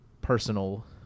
personal